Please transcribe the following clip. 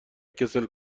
کسل